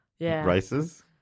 races